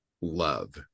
love